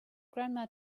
grandma